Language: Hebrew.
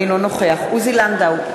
אינו נוכח עוזי לנדאו,